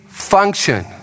function